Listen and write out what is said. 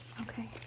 okay